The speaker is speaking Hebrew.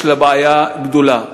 יש לה בעיה גדולה.